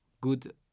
good